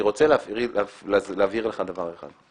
אני רוצה להבהיר לך דבר אחד,